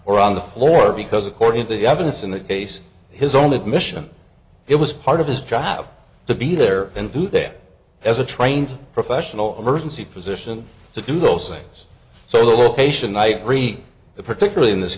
or on the floor because according to governance in the case his own admission it was part of his job to be there and do there as a trained professional emergency physician to do those things so location i greet the particularly in this